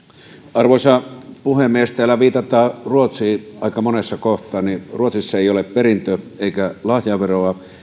arvoisa puhemies täällä viitataan ruotsiin aika monessa kohtaa ruotsissa ei ole perintö eikä lahjaveroa ei